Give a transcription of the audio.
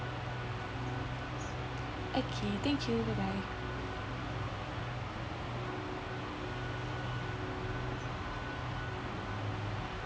okay thank you bye bye